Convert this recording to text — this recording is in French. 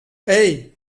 hey